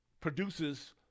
produces